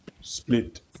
split